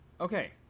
Okay